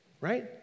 Right